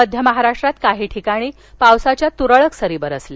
मध्य महाराष्ट्रात काही ठिकाणी पावसाच्या तुरळक सरी बरसल्या